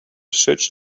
such